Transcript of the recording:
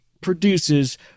produces